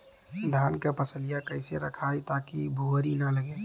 धान क फसलिया कईसे रखाई ताकि भुवरी न लगे?